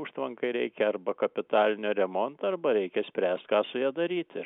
užtvankai reikia arba kapitalinio remonto arba reikia spręst ką su ja daryti